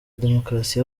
demokarasi